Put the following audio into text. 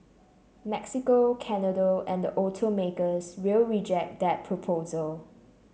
Mexico Canada and the automakers will reject that proposal